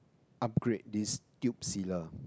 upgrade these tube sealer